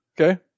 Okay